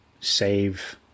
save